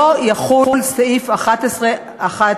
לא יחול סעיף קטן (ב)